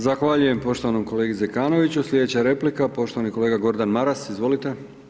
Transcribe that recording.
Zahvaljujem poštovanom kolegi Zekanoviću, sljedeća replika, poštovani kolega Gordan Maras, izvolite.